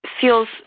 feels